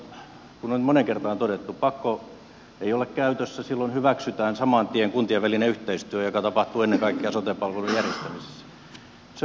nyt kuitenkin kuten on moneen kertaan todettu pakko ei ole käytössä silloin hyväksytään saman tien kuntien välinen yhteistyö joka tapahtuu ennen kaikkea sote palvelujen järjestämisessä